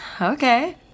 okay